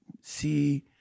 see